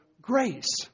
grace